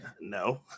No